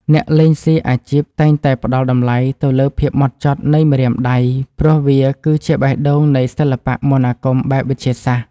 អ្នកលេងសៀកអាជីពតែងតែផ្តល់តម្លៃទៅលើភាពហ្មត់ចត់នៃម្រាមដៃព្រោះវាគឺជាបេះដូងនៃសិល្បៈមន្តអាគមបែបវិទ្យាសាស្ត្រ។